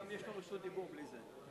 לא, יש לו רשות דיבור גם בלי זה.